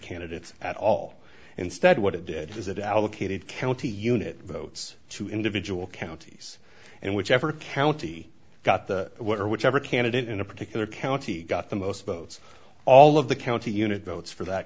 candidates at all instead what it did was it allocated county unit votes to individual counties and whichever county got the what or whichever candidate in a particular county got the most votes all of the county unit votes for that